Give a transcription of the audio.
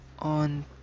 on